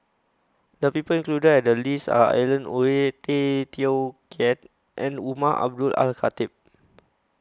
The People included in The list Are Alan Oei Tay Teow Kiat and Umar Abdullah Al Khatib